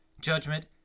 judgment